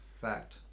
Fact